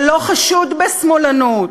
שלא חשוד בשמאלנות,